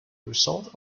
resort